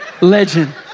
legend